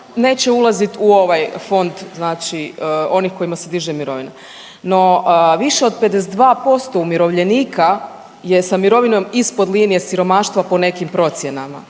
neće ulazit u ovaj fond znači onih kojima se diže mirovina. No, više od 52% umirovljenika je sa mirovinom ispod linije siromaštva po nekim procjenama.